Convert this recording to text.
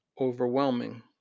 overwhelming